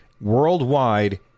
worldwide